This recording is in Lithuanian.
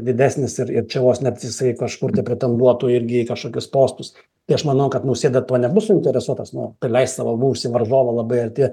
didesnis ir ir čia vos net jisai kažkur tai pretenduotų į kažkokius postus tai aš manau kad nausėda tuo nebus suinteresuotas nu prileist savo buvusį varžovą labai arti